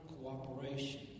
cooperation